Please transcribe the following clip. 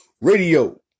Radio